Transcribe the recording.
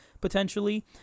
potentially